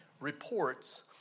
reports